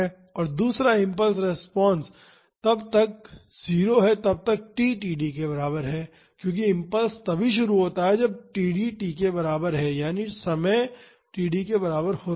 और दूसरा impulse response तब तक 0 है जब तक t td के बराबर है क्योंकि इम्पल्स तभी शुरू होता है जब td t के बराबर है यानि समय td के बराबर होता है